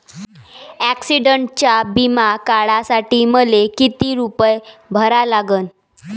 ॲक्सिडंटचा बिमा काढा साठी मले किती रूपे भरा लागन?